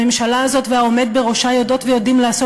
הממשלה הזאת והעומד בראשה יודעות ויודעים לעשות